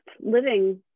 living